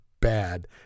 bad